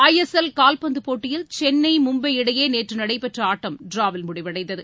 ஐ S L கால்பந்து போட்டியில் சென்னை மும்பை இடையே நேற்று நடைபெற்ற ஆட்டம் டிராவில் முடிவடைந்தது